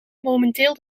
momenteel